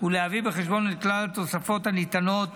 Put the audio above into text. ולהביא בחשבון את כלל התוספות הניתנות